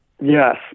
Yes